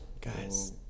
Guys